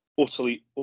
utterly